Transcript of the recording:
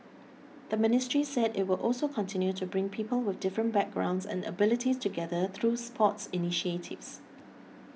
the ministry said it will also continue to bring people with different backgrounds and abilities together through sports initiatives